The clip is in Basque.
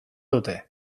dute